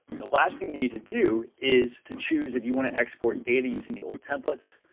the last thing you need to do is to choose if you wanna export data using the old templates.